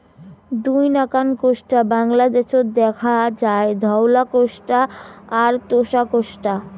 দুই নাকান কোষ্টা বাংলাদ্যাশত দ্যাখা যায়, ধওলা কোষ্টা আর তোষা কোষ্টা